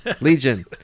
Legion